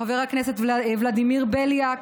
וחבר הכנסת ולדימיר בליאק.